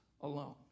alone